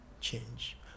change